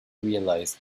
realized